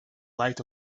light